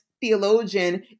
theologian